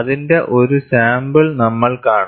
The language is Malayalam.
അതിന്റെ ഒരു സാമ്പിൾ നമ്മൾ കാണും